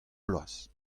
bloaz